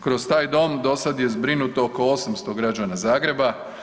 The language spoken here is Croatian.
Kroz taj dom do sad je zbrinuto oko 800 građana Zagreba.